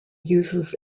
uses